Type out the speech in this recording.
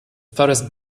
forest